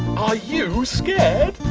ah you scared?